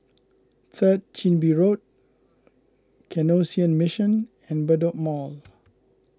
Third Chin Bee Road Canossian Mission and Bedok Mall